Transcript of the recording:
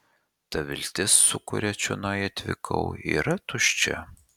ta viltis su kuria čionai atvykau yra tuščia